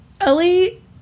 ellie